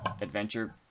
adventure